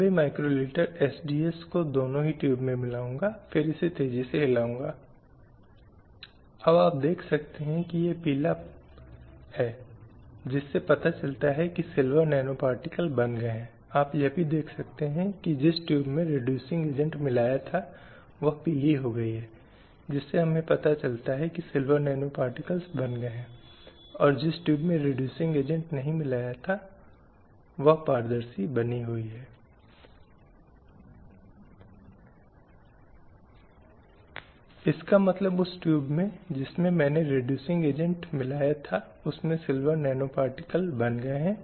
इसलिए सती विधवाओं से दुर्व्यवहार विधवा पुनर्विवाह बाल विवाह संपत्ति के अधिकारों से वंचित करना शिक्षा मंदिर की वेश्यावृत्ति देवदासी प्रथा के संदर्भ में सभी को या अधिकांश को उनमें से कई को स्वतंत्रता या समानता के संबंध में बदलते कानूनों द्वारा या बदलती धारणाओं के साथ संबोधित माना जाता था जो शिक्षा की ब्रिटिश प्रणाली द्वारा लाई गई थी